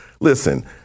Listen